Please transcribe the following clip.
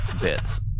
bits